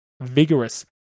vigorous